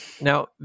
Now